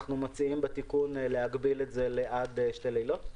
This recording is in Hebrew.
אנו מציעים בתיקון להגביל את זה עד שני לילות,